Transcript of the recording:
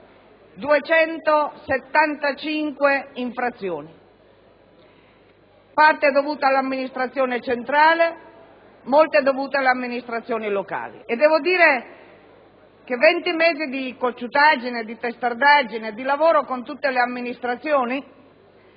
275 infrazioni, in parte dovute all'amministrazione centrale, molte dovute alle amministrazioni locali. Devo dire che 20 mesi di cocciutaggine, di testardaggine e di lavoro con tutte le amministrazioni